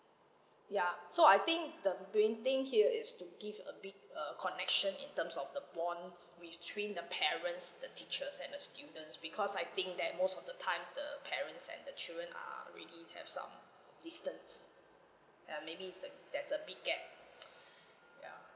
ya so I think the main thing here is to give a bit uh connection in terms of the bonds between the parents the teachers and the students because I think that most of the time the parents and the children are already have some distance ya maybe is the there's a big gap ya